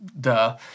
duh